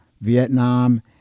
Vietnam